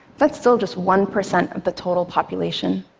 that's still just one percent of the total population.